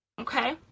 Okay